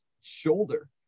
shoulder